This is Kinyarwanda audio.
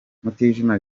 mutijima